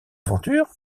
aventure